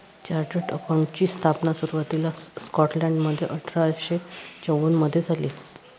chartered अकाउंटंटची स्थापना सुरुवातीला स्कॉटलंडमध्ये अठरा शे चौवन मधे झाली